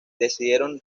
decidieron